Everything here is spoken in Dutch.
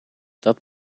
dat